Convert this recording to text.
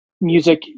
music